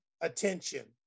attention